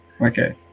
okay